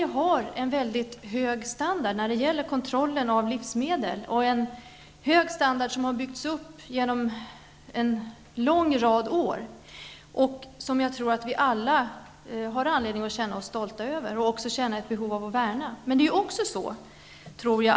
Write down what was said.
Vi har i Sverige en mycket hög standard när det gäller kontrollen av livsmedel, en standard som har byggts upp genom en lång rad av år. Jag tror att vi alla har anledning att känna oss stolta över och värna denna höga standard.